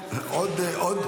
על זה.